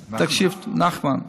נחמן.